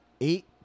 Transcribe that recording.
eight